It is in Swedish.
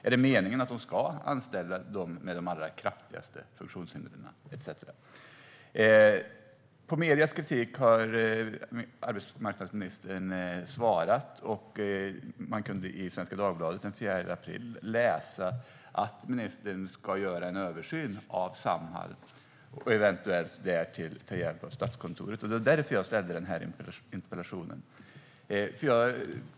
Är det meningen att det ska anställa dem som med de allra kraftigaste funktionshindren, etcetera? På mediernas kritik har arbetsmarknadsministern svarat. Man kunde i Svenska Dagbladet den 4 april läsa att ministern ska göra en översyn av Samhall och eventuellt därtill ta hjälp av Statskontoret. Det är därför jag ställde interpellationen.